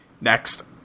Next